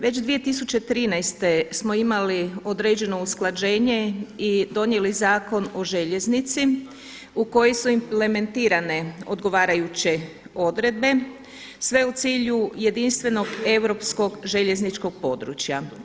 Već 2013. smo imali određeno usklađenje i donijeli Zakon o željeznici u koji su implementirane odgovarajuće odredbe sve u cilju jedinstvenog europskog željezničkog područja.